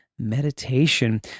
meditation